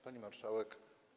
Pani Marszałek!